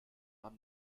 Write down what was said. nahm